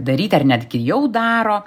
daryti ar netgi jau daro